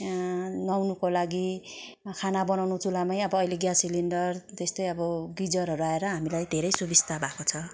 अँ नुहाउनुको लागि खाना बनाउनु चुलामै अब अहिले ग्यास सिलिन्डर त्यस्तै अब गिजरहरू आएर हामीलाई धेरै सुविस्ता भएको छ